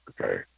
Okay